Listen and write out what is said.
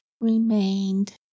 remained